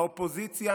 האופוזיציה,